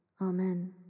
Amen